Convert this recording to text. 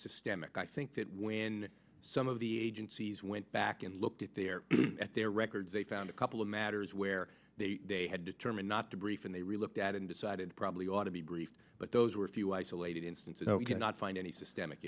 systemic i think that when some of the agencies went back and looked at their at their records they found a couple of matters where they had determined not to brief and they relooked at and decided probably ought to be briefed but those were few isolated instances you could not find any systemic